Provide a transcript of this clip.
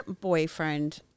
boyfriend